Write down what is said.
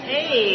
Hey